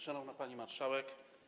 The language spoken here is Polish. Szanowna Pani Marszałek!